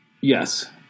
Yes